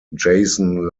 jason